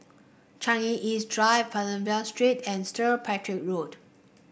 Changi East Drive Pavilion Street and stir Patrick Road